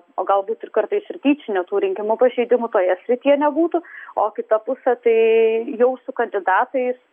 o galbūt ir kartais ir tyčinių tų rinkimų pažeidimų toje srityje nebūtų o kita pusė tai jau su kandidatais